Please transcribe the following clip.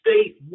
state